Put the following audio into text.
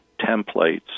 templates